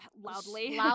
loudly